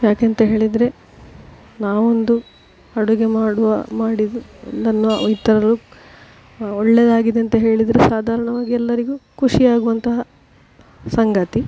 ಯಾಕೆ ಅಂತ ಹೇಳಿದರೆ ನಾವೊಂದು ಅಡುಗೆ ಮಾಡುವ ಮಾಡಿ ನನ್ನ ಇತರರು ಒಳ್ಳೆಯದಾಗಿದೆ ಅಂತ ಹೇಳಿದರೆ ಸಾಧಾರಣವಾಗಿ ಎಲ್ಲರಿಗೂ ಖುಷಿಯಾಗುವಂತಹ ಸಂಗತಿ